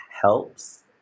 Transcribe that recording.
helps